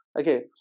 okay